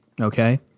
Okay